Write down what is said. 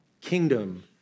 kingdom